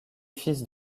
fils